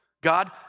God